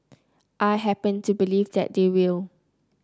I happen to believe that they will